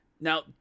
Now